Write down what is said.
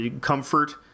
comfort